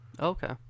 Okay